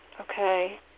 Okay